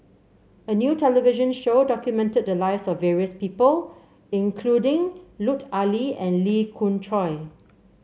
a new television show documented the lives of various people including Lut Ali and Lee Khoon Choy